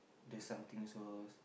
do something so